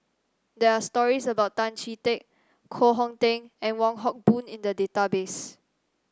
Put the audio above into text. there are stories about Tan Chee Teck Koh Hong Teng and Wong Hock Boon in the database